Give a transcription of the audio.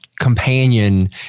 companion